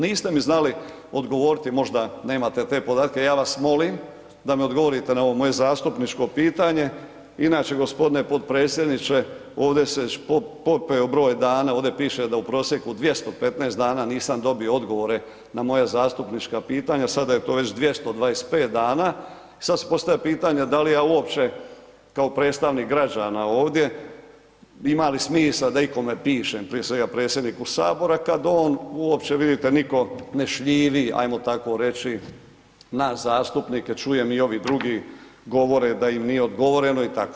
Niste mi znali odgovoriti, možda nemate te podatke, ja vas molim da mi odgovorite na ovo moje zastupničko pitanje inače g. potpredsjedniče ovdje se već popeo broj dana, ovdje piše da u prosjeku 215 dana nisam dobio odgovore na moja zastupnička pitanja, sada je to već 225 dana i sad ću postaviti pitanje da li ja uopće kao predstavnik građana ovdje ima li smisla da ikome pišem, prije svega predsjedniku HS kad on uopće vidite nikog ne šljivi ajmo tako reći nas zastupnike, čujem i ovi drugi govore da im nije odgovoreno i tako.